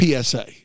PSA